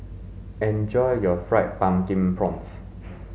enjoy your fried pumpkin prawns